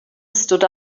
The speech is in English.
stood